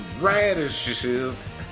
radishes